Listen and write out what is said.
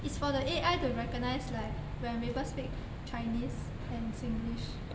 is for the A_I to recognize like when people speak chinese and singlish